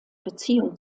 beziehung